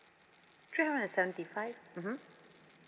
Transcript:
three hundred and seventy five mmhmm